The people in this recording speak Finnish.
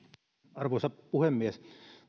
arvoisa puhemies